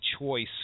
choice